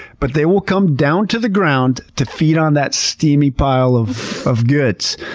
but they will come down to the ground to feed on that steamy pile of of goods.